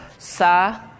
Sa